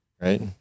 Right